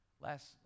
Last